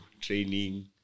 training